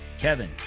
Kevin